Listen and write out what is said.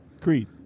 Creed